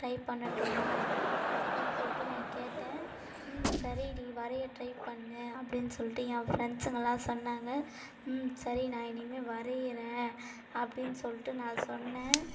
try பண்ணட்டுமா அப்படின்னு சொல்லிட்டு நான் கேட்டேன் ம் சரிடி வரைய ட்ரை பண்ணு அப்படின்னு சொல்லிட்டு ஏன் ஃப்ரெண்ட்ஸுங்களாம் சொன்னாங்க ம் சரி நான் இனிமேல் வரையிறேன் அப்படின்னு சொல்லிட்டு நான் சொன்னேன்